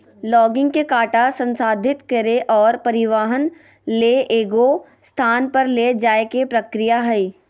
logging के काटा संसाधित करे और परिवहन ले एगो स्थान पर ले जाय के प्रक्रिया हइ